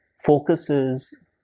focuses